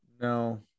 no